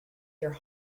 your